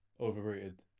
Overrated